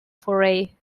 foray